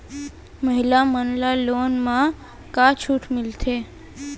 महिला मन ला लोन मा का छूट मिलथे?